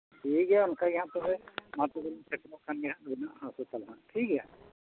ᱴᱷᱤᱠᱜᱮᱭᱟ ᱚᱱᱠᱟᱜᱮ ᱦᱟᱸᱜ ᱛᱚᱵᱮ ᱢᱟ ᱛᱚᱵᱮᱞᱤᱧ ᱥᱮᱴᱮᱨᱚᱜ ᱠᱟᱱ ᱜᱮᱭᱟ ᱴᱷᱤᱠᱜᱮᱭᱟ